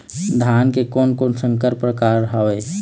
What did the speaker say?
धान के कोन कोन संकर परकार हावे?